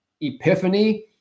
epiphany